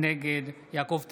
נגד יעקב טסלר,